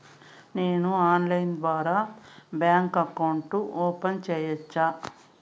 నేను ఆన్లైన్ ద్వారా bank account open సేయొచ్చా?